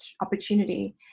opportunity